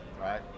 right